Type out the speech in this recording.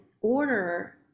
order